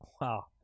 Wow